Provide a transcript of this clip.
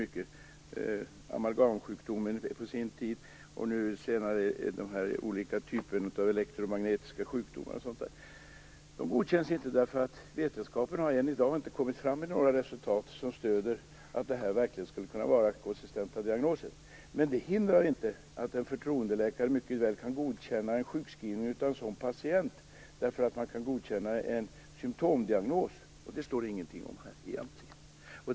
Vi hade amalgamsjukdomen på sin tid, och på senare tid har det varit olika typer av elektromagnetiska sjukdomar och sådant. Dessa godkänns inte, därför att vetenskapen än i dag inte har kommit fram till några resultat som stöder att det här verkligen skulle kunna vara konsistenta diagnoser. Men det hindrar inte att en förtroendeläkare mycket väl kan godkänna en sjukskrivning av en sådan patient. Man kan nämligen godkänna en symtomdiagnos, och det står det egentligen ingenting om här.